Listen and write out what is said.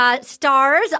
Stars